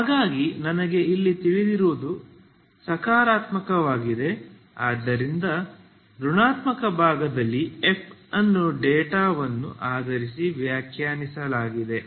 ಹಾಗಾಗಿ ನನಗೆ ಇಲ್ಲಿ ತಿಳಿದಿರುವುದು ಸಕಾರಾತ್ಮಕವಾಗಿದೆ ಆದ್ದರಿಂದ ಋಣಾತ್ಮಕ ಭಾಗದಲ್ಲಿ ಎಫ್ ಅನ್ನು ಡೇಟಾವನ್ನು ಆಧರಿಸಿ ವ್ಯಾಖ್ಯಾನಿಸಲಾಗಿದೆ